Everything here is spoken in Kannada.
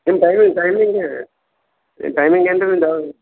ನಿಮ್ಮ ಟೈಮಿಂಗ್ ಟೈಮಿಂಗೆ ಟೈಮಿಂಗ್ ಏನು ರೀ ನಿಮ್ಮದು